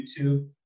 YouTube